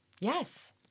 Yes